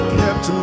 kept